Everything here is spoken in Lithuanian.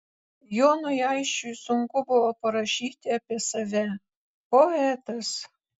jonui aisčiui sunku buvo parašyti apie save poetas